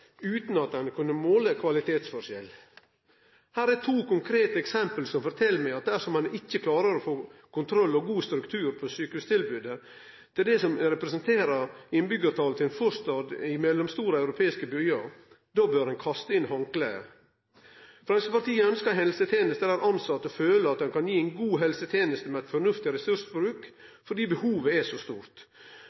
utan at ein har kunna måle kvalitetsforskjell. Dette var to konkrete eksempel som fortel at dersom ein ikkje klarar å få kontroll og god struktur på sjukehustilbodet for det som representerer innbyggjartalet i ein forstad i mellomstore europeiske byar, bør ein kaste inn handkleet. Framstegspartiet ønskjer helsetenester der tilsette føler at dei kan gi god helseteneste med fornuftig ressursbruk, fordi behovet er så stort.